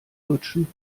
lutschen